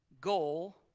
Goal